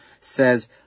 says